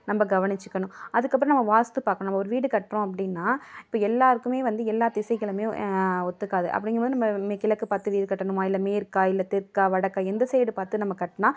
நம்ப கவனிச்சுக்கணும் அதுக்கப்புறம் நம்ப வாஸ்து பார்க்கணும் நம்ப ஒரு வீடு கட்டுறோம் அப்படின்னா இப்போ எல்லாருக்குமே வந்து எல்லா திசைகளுமே ஒத்துக்காது அப்படிங்கும்போது நம்ப மி கிழக்கு பார்த்து வீடு கட்டணுமா இல்லை மேற்கா இல்லை தெற்கா வடக்கா எந்த சைடு பார்த்து நம்ம கட்டுனா